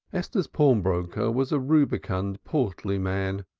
esther's pawnbroker was a rubicund portly man.